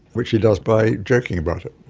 which he does by joking about it.